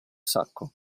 sacco